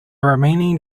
remaining